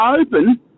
Open